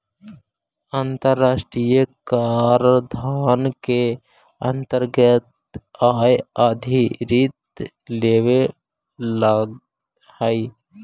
अन्तराष्ट्रिय कराधान के अन्तरगत आय आधारित लेवी लगअ हई